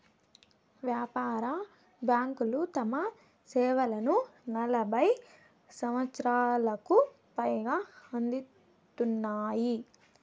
వ్యాపార బ్యాంకులు తమ సేవలను నలభై సంవచ్చరాలకు పైగా అందిత్తున్నాయి